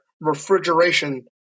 refrigeration